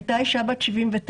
הייתה אישה בת 79,